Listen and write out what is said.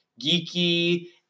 geeky